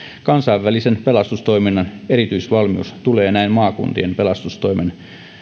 kansainvälisen pelastustoiminnan erityisvalmius tulee näin maakuntien pelastustoimen